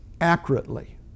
accurately